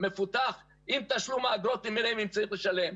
הסיפור הוא שהם לא יכולים להתיישב שם בכלל.